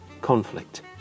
conflict